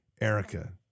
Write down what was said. Erica